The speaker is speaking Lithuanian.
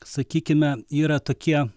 sakykime yra tokie